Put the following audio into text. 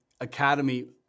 Academy